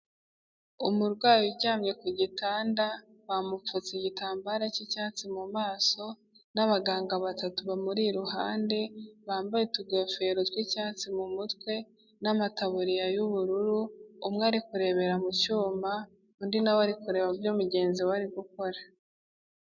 Umurwayi uryamye ku gitanda bamupfutse igitambara cy'icyatsi mu maso n'abaganga batatu bamuri iruhande, bambaye utugofero tw'icyatsi mu mutwe n'amataburiya y'ubururu, umwe ari kurebera mu cyuma undi nawe ari kureba ibyo mugenzi we ari gukora.